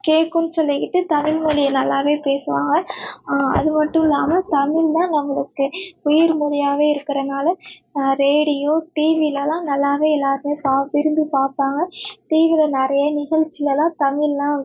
கேட்கும்னு சொல்லிக்கிட்டு தமிழ் மொழிய நல்லாவே பேசுவாங்க அது மட்டும் இல்லாமல் தமிழ் தான் நம்மளுக்கு உயிர் மொழியாவே இருக்கிறனால ரேடியோ டிவிலெலாம் நல்லாவே எல்லாேருமே பா விரும்பி பார்ப்பாங்க டிவியில் நிறைய நிகழ்ச்சிலெலாம் தமிழெலாம்